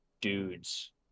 dudes